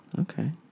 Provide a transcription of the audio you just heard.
Okay